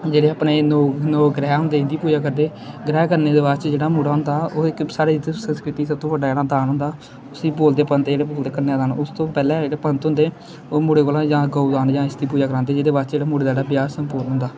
जेह्ड़े अपने नौ नौ ग्रह् होंदे इंदी पूजा करदे ग्रह् करने दे बाद च जेह्ड़ा मुड़ा होंदा ओह् इक साढ़े इत्थै संस्कृति च सब्भ तो बड्डा जेह्ड़ा दान होंदा उस्सी बोलदे पंत जेह्ड़े बोलदे कन्यादान उस तो पैह्ले जेह्ड़े पंत होंदे ओह् मुड़े कोला जां गऊ दान जां इसदी पूजा करांदे जेह्दे बाद च जेह्ड़ा मुड़े दा जेह्ड़ा ब्याह सम्पूर्ण होंदा